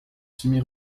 semi